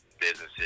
businesses